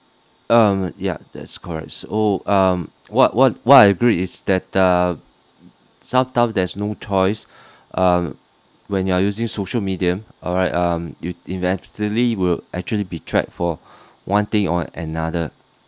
um ya that's correct so um what what what I read is that uh sometime there is no choice um when you are using social media alright um you inevitably will actually be track for one thing or another